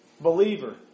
Believer